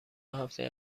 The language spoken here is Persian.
هفته